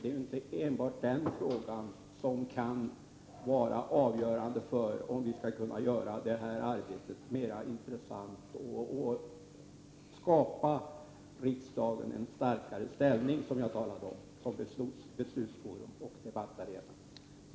Det är inte enbart den frågan som är avgörande för om vi skall kunna göra detta arbete mera intressant och ge riksdagen en starkare ställning som beslutsforum och debattarena, som jag tidigare talade om.